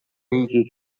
riigi